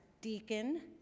deacon